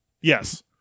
Yes